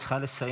את צריכה לסיים,